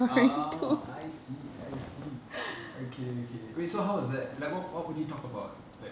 oh I see I see okay okay wait so how was that like what what will they talk about like